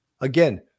again